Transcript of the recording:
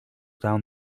down